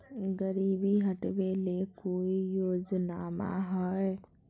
गरीबी हटबे ले कोई योजनामा हय?